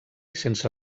sense